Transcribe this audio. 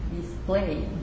display